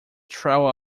trail